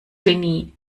genie